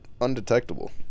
undetectable